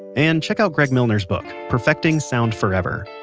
and check out greg milner's book, perfecting sound forever.